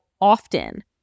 often